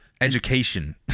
Education